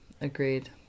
Agreed